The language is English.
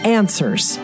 answers